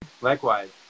Likewise